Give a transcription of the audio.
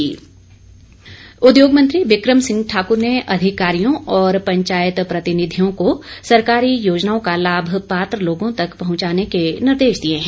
बिक्रम ठाकुर उद्योग मंत्री बिक्रम सिंह ठाक्र ने अधिकारियों और पंचायत प्रतिनिधियों को सरकारी योजनाओं का लाभ पात्र लोगों तक पहुंचाने के निर्देश दिए है